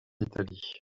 italie